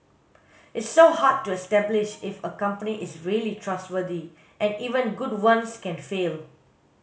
it's so hard to establish if a company is really trustworthy and even good ones can fail